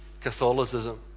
Catholicism